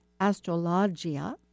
Astrologia